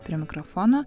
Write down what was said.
prie mikrofono